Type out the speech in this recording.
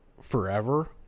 Forever